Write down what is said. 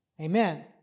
Amen